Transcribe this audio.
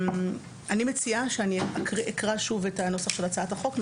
אני מציעה שאקרא שוב את הנוסח של הצעת החוק,